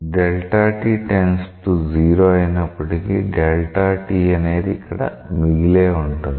Δ t →0 అయినప్పటికీ Δ t అనేది ఇక్కడ మిగిలే ఉంటుంది